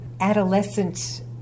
adolescent